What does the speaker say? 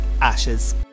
Ashes